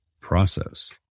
process